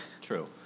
True